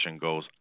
goes